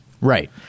Right